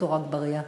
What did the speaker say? ד"ר אגבאריה,